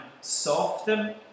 soften